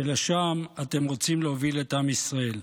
שלשם אתם רוצים להוביל את עם ישראל?